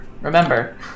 Remember